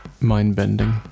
mind-bending